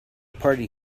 party